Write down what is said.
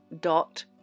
dot